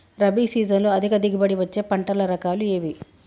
రబీ సీజన్లో అధిక దిగుబడి వచ్చే పంటల రకాలు ఏవి?